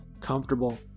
comfortable